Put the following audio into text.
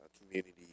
community